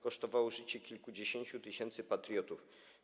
Kosztowało życie kilkudziesięciu tysięcy patriotów.